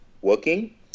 working